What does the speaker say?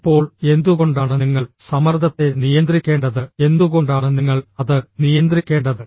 ഇപ്പോൾ എന്തുകൊണ്ടാണ് നിങ്ങൾ സമ്മർദ്ദത്തെ നിയന്ത്രിക്കേണ്ടത് എന്തുകൊണ്ടാണ് നിങ്ങൾ അത് നിയന്ത്രിക്കേണ്ടത്